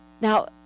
Now